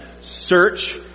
search